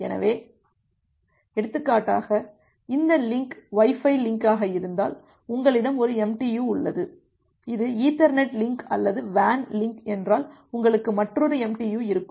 எனவே எடுத்துக்காட்டாக இந்த லிங்க் வைஃபை லிங்காக இருந்தால் உங்களிடம் ஒரு MTU உள்ளது இது ஈத்தர்நெட் லிங்க் அல்லது WAN லிங்க் என்றால் உங்களுக்கு மற்றொரு MTU இருக்கும்